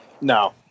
No